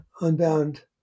unbound